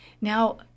Now